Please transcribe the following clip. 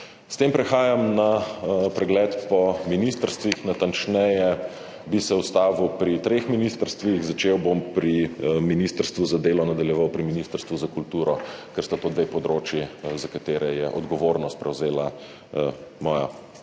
S tem prehajam na pregled po ministrstvih. Natančneje bi se ustavil pri treh ministrstvih. Začel bom pri ministrstvu za delo, nadaljeval pri ministrstvu za kulturo, ker sta to dve področji, za kateri je odgovornost prevzela moja stranka,